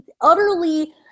utterly